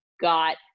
got